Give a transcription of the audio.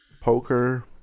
Poker